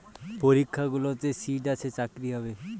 পরীক্ষাগুলোতে সিট আছে চাকরি হবে